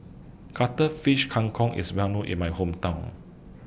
Cuttlefish Kang Kong IS Well known in My Hometown